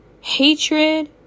hatred